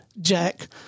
Jack